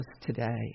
today